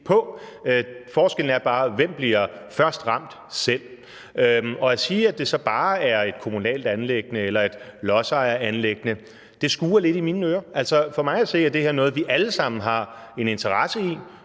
forskellen er bare, hvem der først bliver ramt selv. Og at sige, at det så bare er et kommunalt anliggende eller et lodsejeranliggende, skurrer lidt i mine ører. For mig at se er det her noget, vi alle sammen har en interesse i,